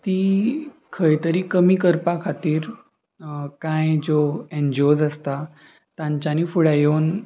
ती खंय तरी कमी करपा खातीर कांय ज्यो एन जी ओज आसता तांच्यांनी फुडें येवन